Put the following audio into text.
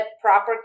proper